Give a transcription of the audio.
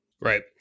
Right